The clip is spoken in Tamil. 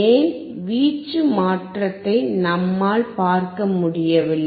ஏன் வீச்சு மாற்றத்தை நம்மால் பார்க்க முடியவில்லை